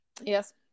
Yes